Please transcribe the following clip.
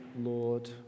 Lord